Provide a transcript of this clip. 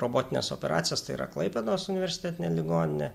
robotines operacijas tai yra klaipėdos universitetinė ligoninė